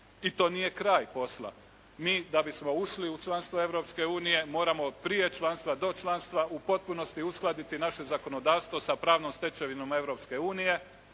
I to nije kraj posla. Mi da bismo ušli u članstvo Europske unije moramo prije članstva, do članstva u potpunosti uskladiti naše zakonodavstvo sa pravnom stečevinom